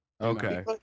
Okay